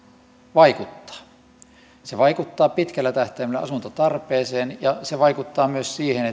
vaikuttaa se vaikuttaa pitkällä tähtäimellä asuntotarpeeseen ja se vaikuttaa myös siihen